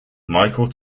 michael